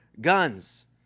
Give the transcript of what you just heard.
guns